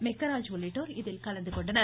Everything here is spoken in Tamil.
மெகராஜ் மாவட்ட உள்ளிட்டோர் இதில் கலந்துகொண்டனர்